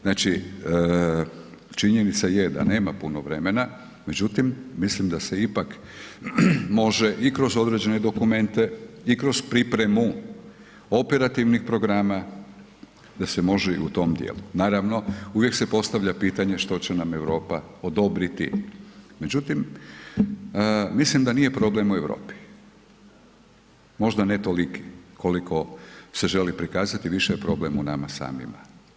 Znači, činjenica je da nema puno vremena međutim mislim da se ipak može kroz i kroz određene dokumente i kroz pripremu operativnih programa, da se može i u tom djelu, naravno, uvijek se postavlja pitanje što će nam Europa odobriti, međutim, mislim da nije problem u Europi, možda ne toliko koliko se želi prikazati, više je problem u nama samima.